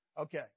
Okay